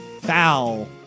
foul